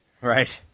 right